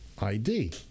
ID